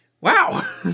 Wow